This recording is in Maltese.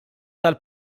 tal